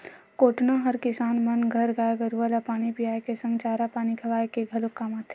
कोटना हर किसान मन घर गाय गरुवा ल पानी पियाए के संग चारा पानी खवाए के घलोक काम आथे